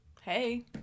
hey